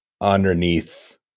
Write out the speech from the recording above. underneath